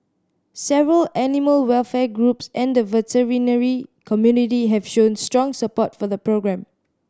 several animal welfare groups and the veterinary community have shown strong support for the programme